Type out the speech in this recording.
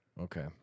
okay